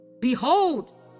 Behold